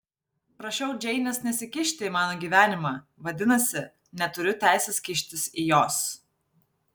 prašiau džeinės nesikišti į mano gyvenimą vadinasi neturiu teisės kištis į jos